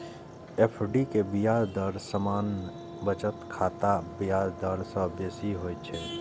FD के ब्याज दर सामान्य बचत खाताक ब्याज दर सं बेसी होइ छै